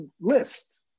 list